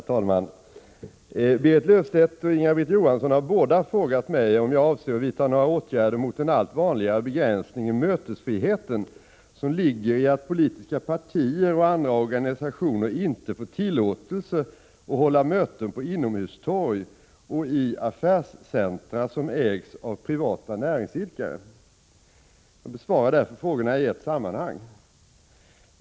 Herr talman! Berit Löfstedt och Inga-Britt Johansson har båda frågat mig om jag avser att vidta några åtgärder mot den allt vanligare begränsning i mötesfriheten som ligger i att politiska partier och andra organisationer inte får tillåtelse att hålla möten på inomhustorg och i affärscentra som ägs av privata näringsidkare. Jag besvarar därför frågorna i ett sammanhang.